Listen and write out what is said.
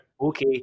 Okay